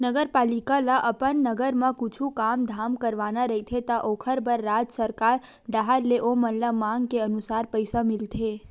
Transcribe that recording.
नगरपालिका ल अपन नगर म कुछु काम धाम करवाना रहिथे त ओखर बर राज सरकार डाहर ले ओमन ल मांग के अनुसार पइसा मिलथे